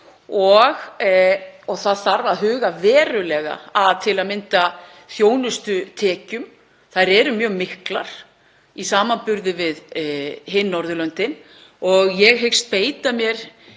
og það þarf að huga verulega að til að mynda þjónustutekjum. Þær eru mjög miklar í samanburði við hin Norðurlöndin. Ég hyggst beita mér